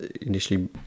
initially